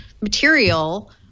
material